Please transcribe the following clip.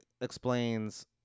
explains